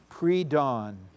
pre-dawn